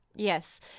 Yes